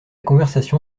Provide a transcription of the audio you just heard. conversation